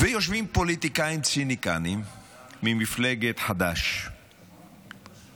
ויושבים פה פוליטיקאים ציניקנים ממפלגת חד"ש והמשותפת,